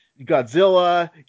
Godzilla